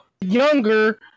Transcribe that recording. younger